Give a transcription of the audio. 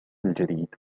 الجديد